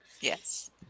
Yes